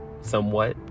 somewhat